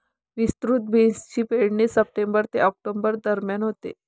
विस्तृत बीन्सची पेरणी सप्टेंबर ते ऑक्टोबर दरम्यान होते